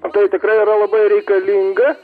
o tai tikrai yra labai reikalinga